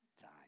time